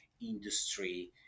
industry